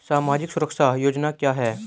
सामाजिक सुरक्षा योजना क्या है?